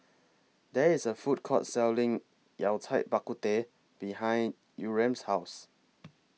There IS A Food Court Selling Yao Cai Bak Kut Teh behind Yurem's House